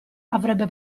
avrebbe